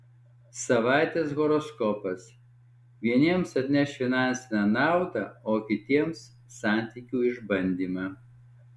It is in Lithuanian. savaitės horoskopas vieniems atneš finansinę naudą o kitiems santykių išbandymą